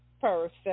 person